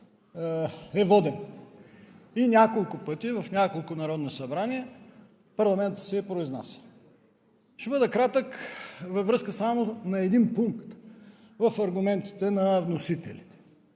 събрания и няколко пъти в няколко народни събрания парламентът се е произнасял. Ще бъда кратък във връзка само на един пункт в аргументите на вносителите